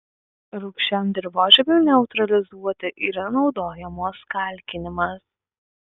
rūgščiam dirvožemiui neutralizuoti yra naudojamos kalkinimas